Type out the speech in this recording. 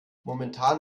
momentan